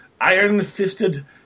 iron-fisted